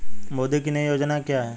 मोदी की नई योजना क्या है?